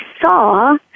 saw